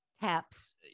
Taps